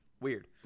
weird